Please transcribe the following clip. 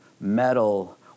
metal